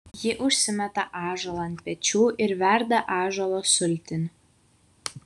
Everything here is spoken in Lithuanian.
ji užsimeta ąžuolą ant pečių ir verda ąžuolo sultinį